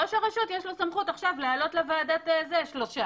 לראש הרשות יש את הסמכות עכשיו להעלות לוועדה שלושה.